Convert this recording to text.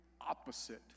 opposite